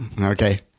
Okay